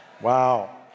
Wow